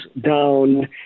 down